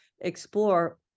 explore